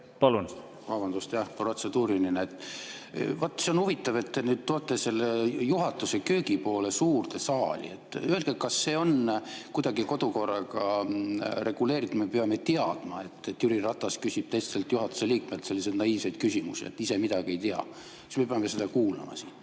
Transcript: Vaat see on huvitav, et te nüüd toote selle juhatuse köögipoole suurde saali. Öelge, kas see on kuidagi kodukorraga reguleeritud, et me peame teadma, et Jüri Ratas küsib teiselt juhatuse liikmelt selliseid naiivseid küsimusi, ise midagi ei tea. [Kas] me peame seda kuulama siin?